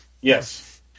Yes